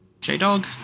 J-Dog